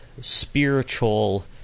spiritual